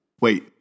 Wait